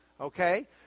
Okay